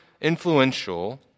influential